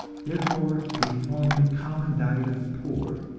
therefore they form the common diet of the poor,